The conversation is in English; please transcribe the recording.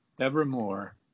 evermore